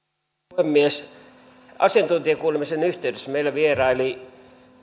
puhemies asiantuntijakuulemisen yhteydessä meillä vieraili